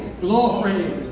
glory